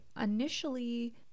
initially